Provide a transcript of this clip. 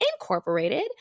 incorporated